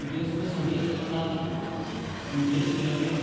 देश में सभी अस्पताल मुझे अच्छे लगे